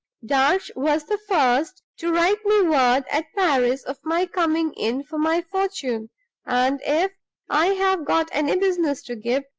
darch was the first to write me word at paris of my coming in for my fortune and, if i have got any business to give,